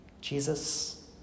Jesus